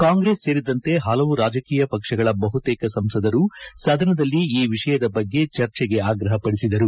ಕಾಂಗ್ರೆಸ್ ಸೇರಿದಂತೆ ಹಲವು ರಾಜಕೀಯ ಪಕ್ಷಗಳ ಬಹುತೇಕ ಸಂಸದರು ಸದನದಲ್ಲಿ ಈ ವಿಷಯದ ಬಗ್ಗೆ ಚರ್ಚೆಗೆ ಆಗ್ರಹಪಡಿಸಿದರು